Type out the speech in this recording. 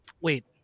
wait